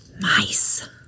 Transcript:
Mice